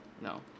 no